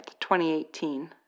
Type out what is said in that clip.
2018